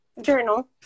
journal